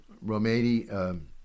Romani